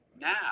Now